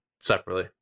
separately